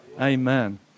Amen